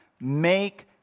make